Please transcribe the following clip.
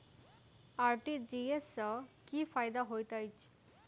RTGS सँ की फायदा होइत अछि?